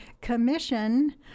commission